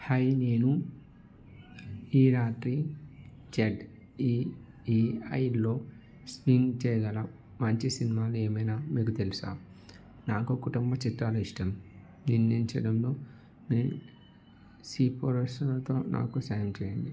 hi నేను ఈ రాత్రి జెడ్ఈఈఐలో స్ట్రీమ్ చేయగల మంచి సినిమాలు ఏమైనా మీకు తెలుసా నాకు కుటుంబ చిత్రాలు ఇష్టం నిందించడంలో మీ సిఫారసులతో నాకు సాయం చేయండి